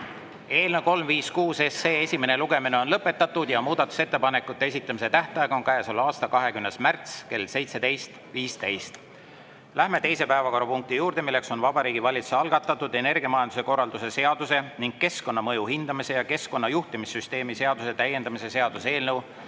Eelnõu 356 esimene lugemine on lõpetatud. Muudatusettepanekute esitamise tähtaeg on selle aasta 20. märts kell 17.15. Läheme teise päevakorrapunkti juurde: Vabariigi Valitsuse algatatud energiamajanduse korralduse seaduse ning keskkonnamõju hindamise ja keskkonnajuhtimissüsteemi seaduse täiendamise seaduse eelnõu